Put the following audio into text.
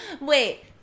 wait